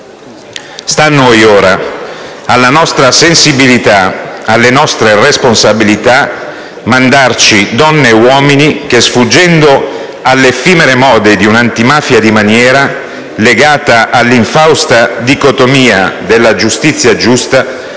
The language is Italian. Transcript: Sta a noi ora, alla nostra sensibilità e alle nostre responsabilità, mandarci donne e uomini che, sfuggendo alle effimere mode di un'antimafia di maniera, legata all'infausta dicotomia della giustizia giusta,